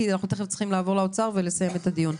כי אנחנו תיכף צריכים לעבור לאוצר ולסיים את הדיון.